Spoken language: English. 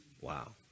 Wow